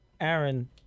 Aaron